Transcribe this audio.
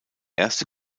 erste